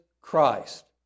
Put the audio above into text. Christ